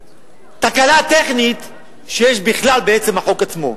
התקלה הטכנית שיש בכלל בעצם החוק עצמו.